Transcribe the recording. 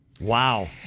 Wow